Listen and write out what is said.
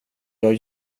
jag